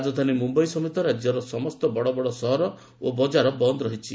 ରାଜଧାନୀ ମୁମ୍ବାଇ ସମେତ ରାଜ୍ୟର ସମସ୍ତ ବଡ଼ ବଡ଼ ସହର ଓ ବଜାର ବନ୍ଦ୍ ରହିଛି